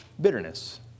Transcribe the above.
bitterness